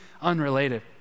unrelated